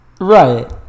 Right